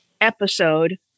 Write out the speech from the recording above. episode